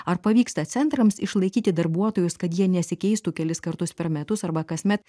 ar pavyksta centrams išlaikyti darbuotojus kad jie nesikeistų kelis kartus per metus arba kasmet